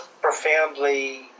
profoundly